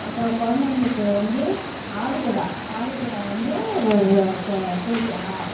அப்புறம் குழந்தைங்களுக்கு வந்து ஆடுதொடா ஆடுதொடா வந்து வ வ கொ கொஞ்சி